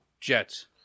Jets